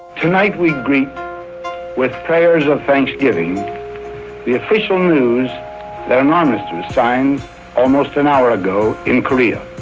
tonight we greet with prayers of thanksgiving the official news that an armistice was signed almost an hour ago in korea.